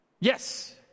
Yes